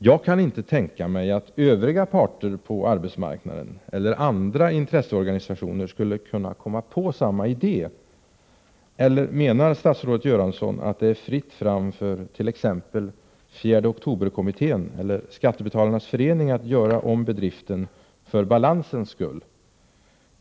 Jag kan inte tänka mig att övriga parter på arbetsmarknaden, eller andra intresseorganisationer, skulle kunna komma på samma idé — eller menar statsrådet Göransson att det är fritt fram för t.ex. 4 oktober-kommittén eller Skattebetalarnas förening att göra om bedriften för balansens skull?